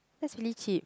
that's really cheap